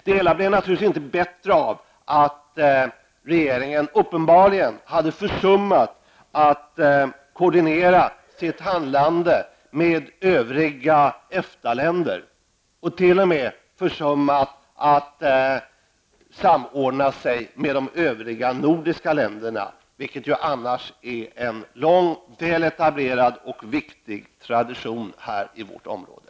Det hela blev naturligtvis inte bättre av att regeringen uppenbarligen hade försummat att koordinera sitt handlande med övriga EFTA länder och t.o.m. försummat att samordna med sig de övriga nordiska länderna, vilket ju är en sedan länge etablerad och viktig tradition i vårt område.